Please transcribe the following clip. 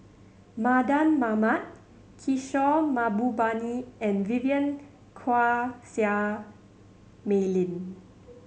Mardan Mamat Kishore Mahbubani and Vivien Quahe Seah Mei Lin